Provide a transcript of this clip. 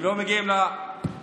הם לא מגיעים להפגנות,